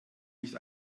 nicht